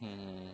mm